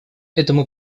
этому